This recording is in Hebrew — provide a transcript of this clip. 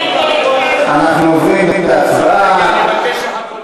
אנחנו עוברים להצבעה.